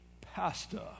pasta